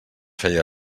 feia